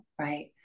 right